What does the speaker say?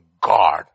God